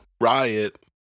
riot